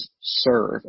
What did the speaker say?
serve